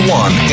one